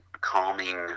calming